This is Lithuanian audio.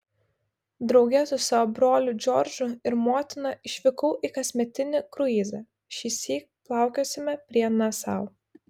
drauge su savo broliu džordžu ir motina išvykau į kasmetinį kruizą šįsyk plaukiosime prie nasau